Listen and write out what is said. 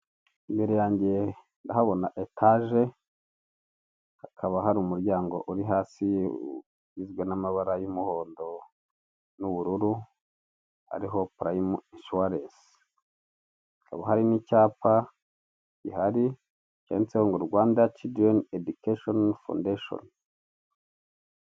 Imbere yange ndahabona etage hakaba hari umuryango uri hasi ugizwe n'amabara y'umuhondo n'ubururu, hariho prime insurance. Hakaba hari ni icyapa gihari cyanditse, Rwanda children education foundation.